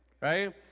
Right